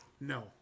No